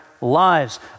lives